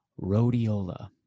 rhodiola